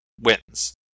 wins